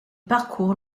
parcourt